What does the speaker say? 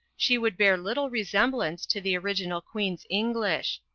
she would bear little resemblance to the original queen's english.